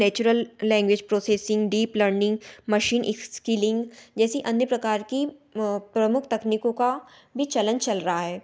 natural language processing deep learning machine skilling जैसी अन्य प्रकार की प्रमुख तकनीकों का भी चलन चल रहा है